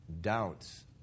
doubts